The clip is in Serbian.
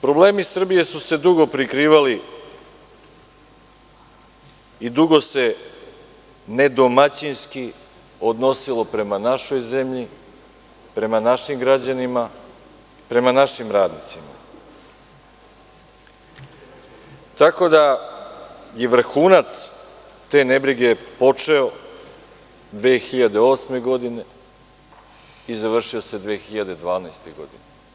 Problemi Srbije su se dugo prikrivali i dugo se nedomaćinski odnosilo prema našoj zemlji, prema našim građanima, prema našim radnicima, tako da je vrhunac te nebrige počeo 2008. godine i završio se 2012. godine.